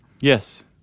Yes